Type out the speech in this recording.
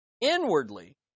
inwardly